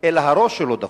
אלא הראש שלו דפוק.